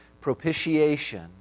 Propitiation